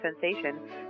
sensation